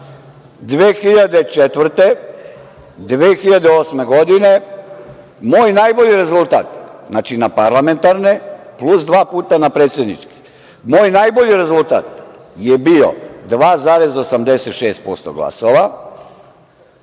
2004, 2008. godine. Moj najbolji rezultat, znači na parlamentarne plus dva puta na predsedničke, moj najbolji rezultat je bio 2,86% glasova